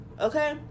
okay